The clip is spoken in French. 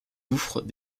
gouffres